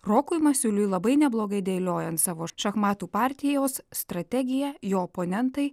rokui masiuliui labai neblogai dėliojant savo šachmatų partijos strategiją jo oponentai